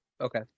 okay